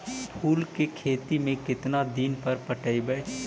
फूल के खेती में केतना दिन पर पटइबै?